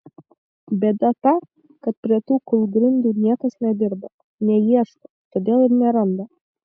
bėda ta kad prie tų kūlgrindų niekas nedirba neieško todėl ir neranda